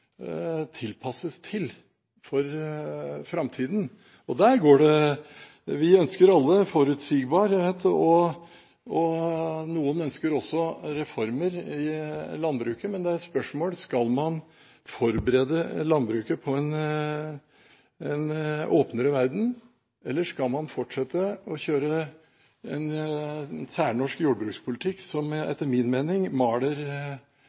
for framtida. Vi ønsker alle forutsigbarhet, og noen ønsker også reformer i landbruket, men det er et spørsmål om man skal forberede landbruket på en åpnere verden, eller om man skal fortsette å kjøre en særnorsk jordbrukspolitikk som etter min mening maler